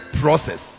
process